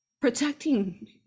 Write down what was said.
protecting